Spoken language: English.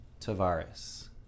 Tavares